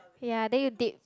ya then you dip